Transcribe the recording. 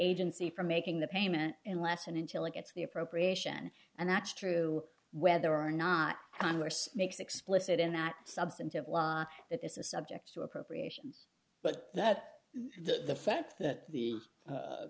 agency from making the payment in last and until it gets the appropriation and that's true whether or not congress makes explicit in that substantive law that this is subject to appropriations but that the fact that the